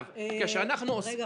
חברים,